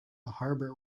harbour